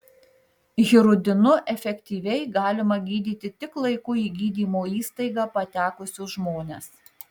hirudinu efektyviai galima gydyti tik laiku į gydymo įstaigą patekusius žmones